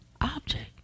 object